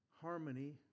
Harmony